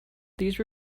these